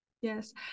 Yes